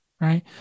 Right